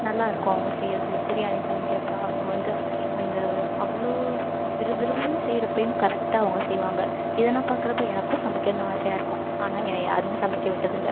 நல்லாயிருக்கும் அவங்க செய்யிறது பிரியாணி சமைக்கிறப்போ அவங்க வந்து அந்த அவ்வளோ விறுவிறுன்னு செய்கிறப்பையும் கரெக்டாக அவங்க செய்வாங்க இதை நான் பாக்கிறப்ப எனக்கும் சமைக்கணும்னு ஆசையாக இருக்கும் ஆனால் என்னை யாருமே சமைக்க விட்டதில்ல